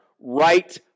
right